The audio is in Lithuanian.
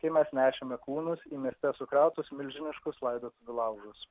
kai mes nešėme kūnus į mirties sukrautus milžiniškus laidotuvių laužus